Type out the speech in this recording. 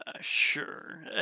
sure